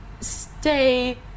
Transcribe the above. stay